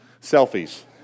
Selfies